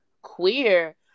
queer